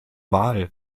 wahl